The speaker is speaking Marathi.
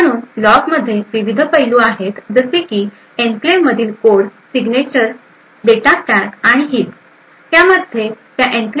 म्हणून लॉगमध्ये विविध पैलू आहेत जसे की एन्क्लेव्हमधील कोड सिग्नेचर डेटा स्टॅक आणि हिप